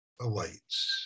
awaits